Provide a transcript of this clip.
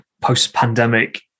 post-pandemic